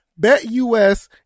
BetUS